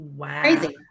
crazy